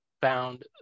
found